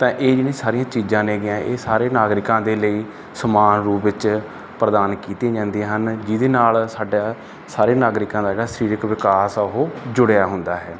ਤਾਂ ਇਹ ਜਿਹੜੀਆਂ ਸਾਰੀਆਂ ਚੀਜ਼ਾਂ ਨੇਗੀਆਂ ਇਹ ਸਾਰੇ ਨਾਗਰਿਕਾਂ ਦੇ ਲਈ ਸਮਾਨ ਰੂਪ ਵਿੱਚ ਪ੍ਰਦਾਨ ਕੀਤੀਆਂ ਜਾਂਦੀਆਂ ਹਨ ਜਿਹਦੇ ਨਾਲ ਸਾਡਾ ਸਾਰੇ ਨਾਗਰਿਕਾਂ ਦਾ ਜਿਹੜਾ ਸਰੀਰਕ ਵਿਕਾਸ ਆ ਉਹ ਜੁੜਿਆ ਹੁੰਦਾ ਹੈ